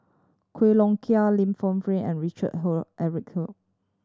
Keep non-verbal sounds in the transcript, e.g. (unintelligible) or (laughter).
Quek Long Kiong Li Lienfung and Richard (unintelligible) Eric (unintelligible)